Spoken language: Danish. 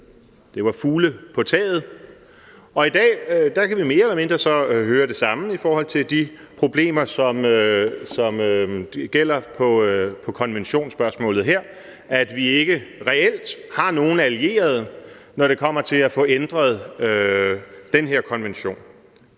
det var fugle på taget. Og i dag kan vi så mere eller mindre høre det samme i forhold til de problemer, som gælder på konventionsspørgsmålet her, altså at vi reelt ikke har nogen allierede, når det kommer til at få ændret den her konvention.